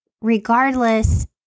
regardless